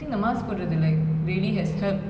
they are still not maintaining social distancing